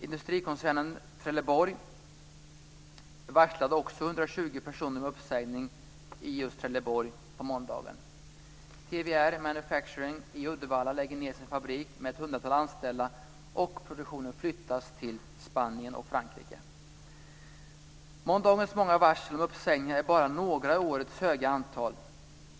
Industrikoncernen Trelleborg varslade också 120 personer om uppsägning i just Trelleborg på måndagen. TWR Måndagens många varsel om uppsägningar är bara några av det stora antalet i år.